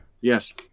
Yes